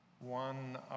One